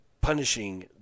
punishing